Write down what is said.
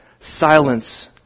silence